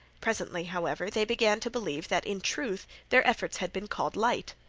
presently, however, they began to believe that in truth their efforts had been called light.